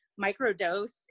microdose